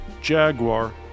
Jaguar